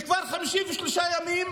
וכבר 53 ימים